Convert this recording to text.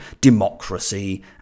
democracy